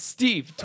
Steve